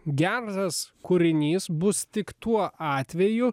geras kūrinys bus tik tuo atveju